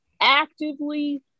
actively